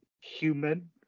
human